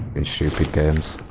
insured against